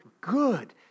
good